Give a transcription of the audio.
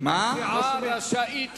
סיעה רשאית לקבוע,